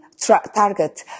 target